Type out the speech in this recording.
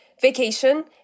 vacation